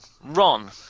Ron